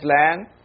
land